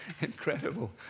incredible